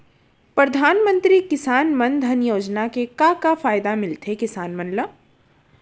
परधानमंतरी किसान मन धन योजना के का का फायदा मिलथे किसान मन ला?